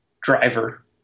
driver